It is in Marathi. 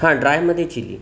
हां ड्रायमध्ये चिली